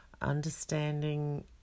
understanding